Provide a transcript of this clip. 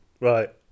Right